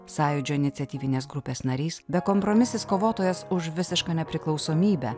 sąjūdžio iniciatyvinės grupės narys bekompromisis kovotojas už visišką nepriklausomybę